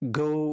go